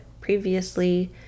Previously